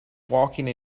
walking